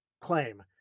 claim